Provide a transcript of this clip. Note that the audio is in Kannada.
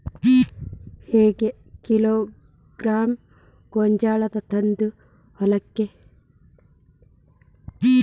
ಹೆಂಗ್ ಕಿಲೋಗ್ರಾಂ ಗೋಂಜಾಳ ತಂದಿ ಹೊಲಕ್ಕ?